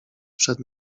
przed